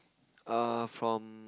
err from